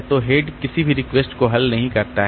तो हेड किसी भी रिक्वेस्ट को हल नहीं करता है